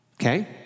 Okay